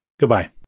goodbye